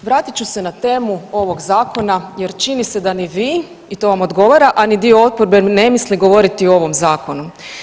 Evo ga, vratit ću se na temu ovog zakona jer čini se da ni vi i to vam odgovara, a ni dio oporbe ne misli govoriti o ovom zakonu.